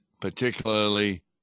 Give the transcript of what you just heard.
particularly